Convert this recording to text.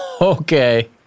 Okay